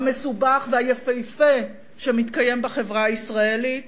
המסובך והיפהפה שמתקיים בחברה הישראלית.